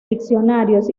diccionarios